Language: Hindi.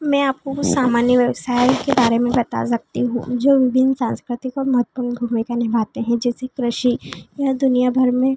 मैं आपको कुछ सामान्य व्यवसाय के बारे में बता सकती हूँ जो विभिन्न सांस्कृतिक और महतपूण भूमिका निभाते हैं जैसे कृषि यह दुनिया भर में